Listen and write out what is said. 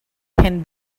can